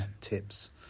Tips